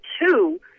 two